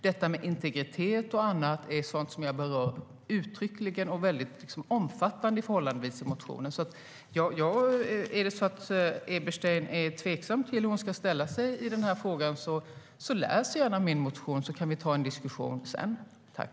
Detta med integritet och annat är sådant som jag berör uttryckligen och förhållandevis omfattande i motionen. Är det så att Eberstein är tveksam till hur hon ska ställa sig till frågan får hon gärna läsa min motion, så kan vi ta en diskussion sedan.